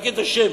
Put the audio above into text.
רק את השם,